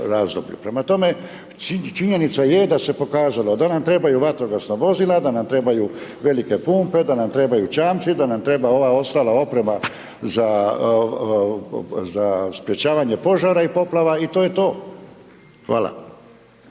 Prema tome, činjenica je da se pokazalo da nam trebaju vatrogasna vozila, da nam trebaju velike pumpe, da nam trebaju čamci, da nam treba ova ostala oprema za sprečavanje požara i poplava i to je to. Hvala.